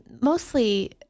Mostly